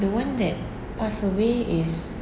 the one that pass away is